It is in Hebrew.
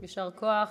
יישר כוח.